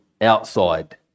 outside